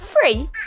free